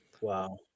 Wow